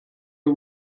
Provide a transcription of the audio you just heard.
hau